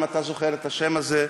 אם אתה זוכר את השם הזה,